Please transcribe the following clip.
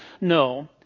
No